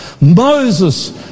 Moses